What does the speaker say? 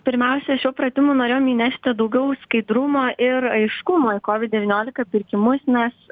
pirmiausia šiuo pratimu norėjom įnešti daugiau skaidrumo ir aiškumo į kovid devyniolika pirkimus nes